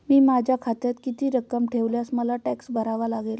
मी माझ्या खात्यात किती रक्कम ठेवल्यावर मला टॅक्स भरावा लागेल?